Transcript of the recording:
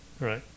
right